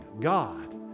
God